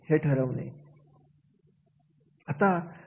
या सगळ्यांची स्पष्टता